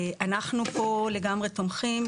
אנחנו פה לגמרי תומכים.